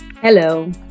hello